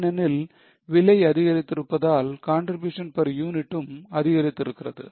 ஏனெனில் விலை அதிகரித்திருப்பதால் contribution per unit ம் அதிகரித்திருக்கிறது